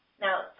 Now